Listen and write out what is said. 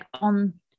on